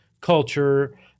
culture